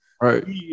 Right